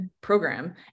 program